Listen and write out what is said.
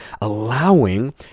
allowing